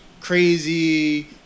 crazy